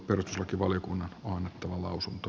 perustuslakivaliokunnan annettava lausunto